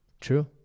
True